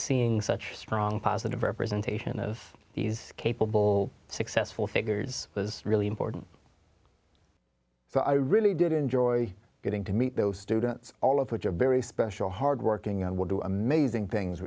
seeing such a strong positive representation of he's capable successful figures was really important so i really did enjoy getting to meet those students all of which are very special hard working on what do amazing things